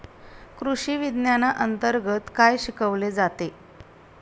कृषीविज्ञानांतर्गत काय शिकवले जाते?